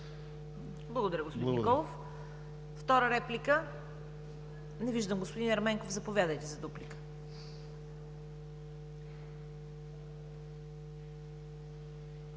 Благодаря, господин Николов. Втора реплика? Не виждам. Господин Ерменков, заповядайте за дуплика.